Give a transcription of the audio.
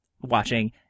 watching